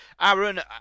Aaron